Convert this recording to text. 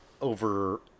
over